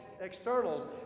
externals